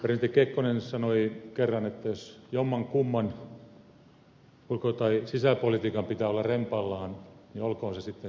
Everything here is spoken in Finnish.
presidentti kekkonen sanoi kerran että jos jommankumman ulko tai sisäpolitiikan pitää olla rempallaan niin olkoon se sitten sisäpolitiikka